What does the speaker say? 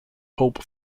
pulp